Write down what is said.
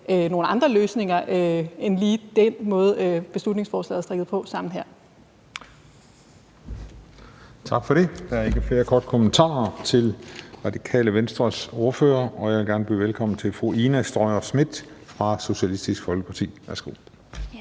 nogle andre løsninger end lige den måde, der er strikket sammen i beslutningsforslaget her. Kl. 15:25 Den fg. formand (Christian Juhl): Tak for det. Der er ikke flere korte kommentarer til Radikale Venstres ordfører. Jeg vil gerne byde velkommen til fru Ina Strøjer-Schmidt fra Socialistisk Folkeparti. Værsgo.